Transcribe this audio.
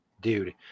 dude